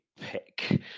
pick